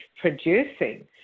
producing